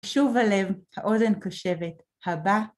שוב הלב, האוזן קשבת, הבא.